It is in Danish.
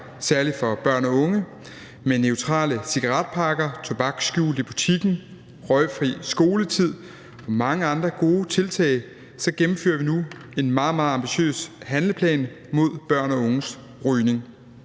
særlig for børn og unge. Med neutrale cigaretpakker, tobak skjult i butikken, røgfri skoletid og mange andre gode tiltag gennemfører vi nu en meget, meget ambitiøs handleplan mod børns og unges rygning,